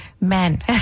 men